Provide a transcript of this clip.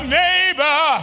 neighbor